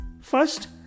First